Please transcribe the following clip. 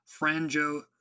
Franjo